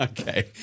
Okay